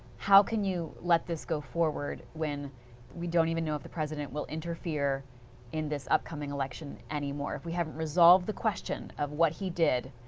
how can you let this go forward when we don't even know if the president will interfere in this upcoming election anymore, if we have not resolved the question of what he did,